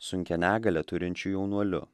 sunkią negalią turinčiu jaunuoliu